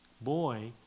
boy